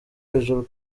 hejuru